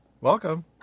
Welcome